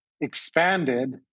expanded